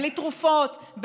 בלי תרופות,